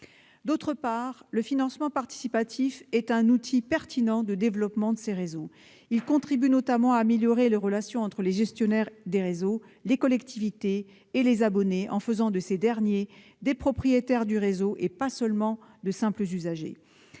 d'ici à 2030. Le financement participatif est un outil pertinent de développement de ces réseaux. Il contribue notamment à améliorer les relations entre les gestionnaires des réseaux, les collectivités et les abonnés, en faisant de ces derniers des propriétaires du réseau, et non pas seulement de simples usagers.